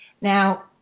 now